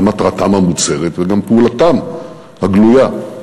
זו מטרתם המוצהרת וגם פעולתם הגלויה.